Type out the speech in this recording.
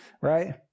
right